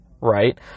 right